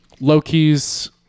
loki's